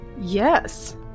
Yes